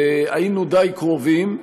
היינו די קרובים,